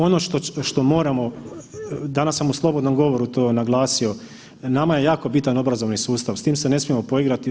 Ono što moramo danas sam u slobodnom govoru to naglasio, nama je jako bitan obrazovni sustav, s tim se ne smijemo poigrati.